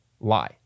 lie